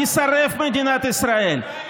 תישרף מדינת ישראל.